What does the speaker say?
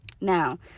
now